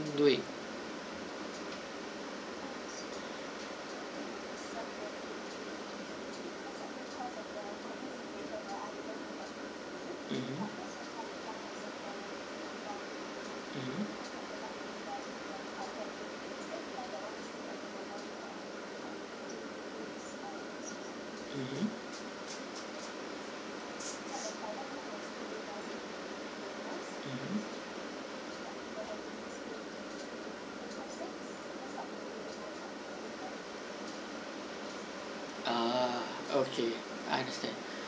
do it mm mm mm mm mm ah okay understand